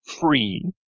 free